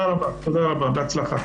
תודה רבה, בהצלחה.